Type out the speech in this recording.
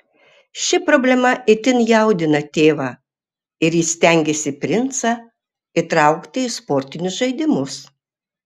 ši problema itin jaudina tėvą ir jis stengiasi princą įtraukti į sportinius žaidimus